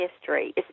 history